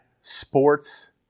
sports